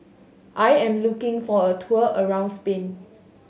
I am looking for a tour around Spain